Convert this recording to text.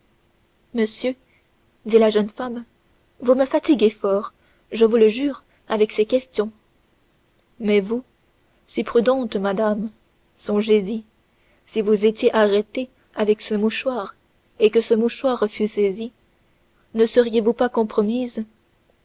monsieur dit la jeune femme vous me fatiguez fort je vous le jure avec ces questions mais vous si prudente madame songez-y si vous étiez arrêtée avec ce mouchoir et que ce mouchoir fût saisi ne seriez-vous pas compromise